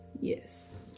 Yes